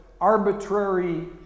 arbitrary